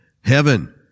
Heaven